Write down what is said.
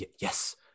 yes